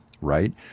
right